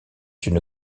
une